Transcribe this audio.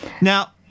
Now